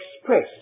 express